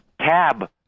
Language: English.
tab